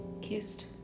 kissed